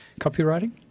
copywriting